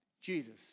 Jesus